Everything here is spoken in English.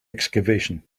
excavation